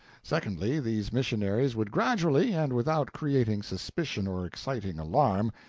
secondly, these missionaries would gradually, and without creating suspicion or exciting alarm,